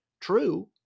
true